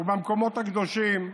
ובמקומות הקדושים,